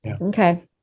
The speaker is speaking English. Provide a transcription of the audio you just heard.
Okay